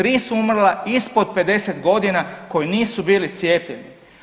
3 su umrla ispod 50 godina koja nisu bili cijepljeni.